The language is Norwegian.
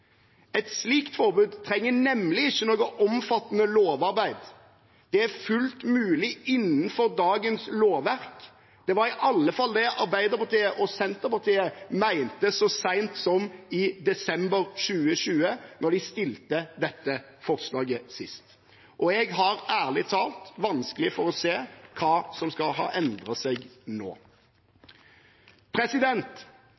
Et slikt forbud trenger nemlig ikke noe omfattende lovarbeid. Det er fullt mulig innenfor dagens lovverk. Det var i alle fall det Arbeiderpartiet og Senterpartiet mente så sent som i desember 2020, da de fremmet dette forslaget sist. Jeg har ærlig talt vanskelig for å se hva som skal ha endret seg